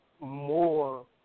more